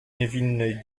niewinnej